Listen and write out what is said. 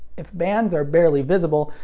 if bands are barely visible,